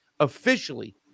officially